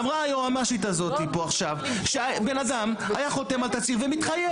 אמרה היועמ"שית הזאת פה עכשיו שבן אדם היה חותם על תצהיר ומתחייב,